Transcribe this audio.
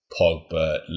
Pogba